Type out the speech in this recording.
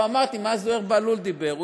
אמרתי מה זוהיר בהלול אמר.